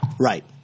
Right